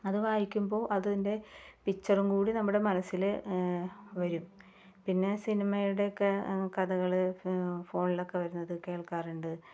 അത് വായിക്കുമ്പോൾ അതിന്റെ പിച്ചറും കൂടി നമ്മുടെ മനസ്സില് വരും പിന്നെ സിനിമയുടെക്കെ കഥകൾ ഫോണിലൊക്കെ വരുന്നത് കേൾക്കാറുണ്ട്